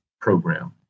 program